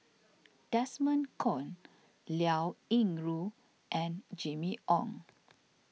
Desmond Kon Liao Yingru and Jimmy Ong